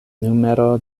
numero